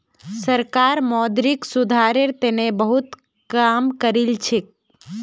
सरकार मौद्रिक सुधारेर तने बहुत काम करिलछेक